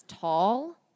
Tall